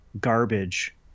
garbage